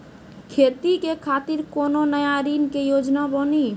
खेती के खातिर कोनो नया ऋण के योजना बानी?